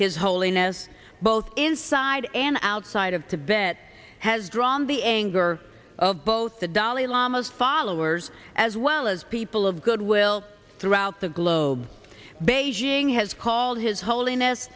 his holiness both inside and outside of tibet has drawn the anger of both the dalai lama's followers as well as people of goodwill throughout the globe beijing has called his hol